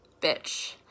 Bitch